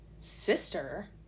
Sister